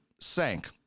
sank